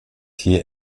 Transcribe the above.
hier